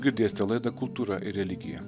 girdėsite laidą kultūra ir religija